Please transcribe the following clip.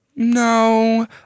No